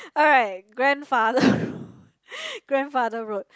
alright grandfather grandfather road